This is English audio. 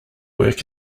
work